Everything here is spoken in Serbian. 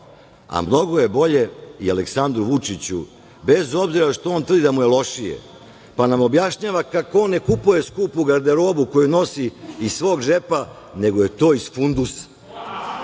a mnogo je bolje i Aleksandru Vučiću, bez obzira što on tvrdi da mu je lošije, pa nam objašnjava kako on ne kupuje skupu garderobu koju nosi iz svog džepa, nego je to iz fundusa.